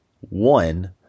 one